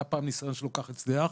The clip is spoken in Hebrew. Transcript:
היה פעם ניסיון שלא כל כך הצליח.